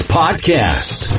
podcast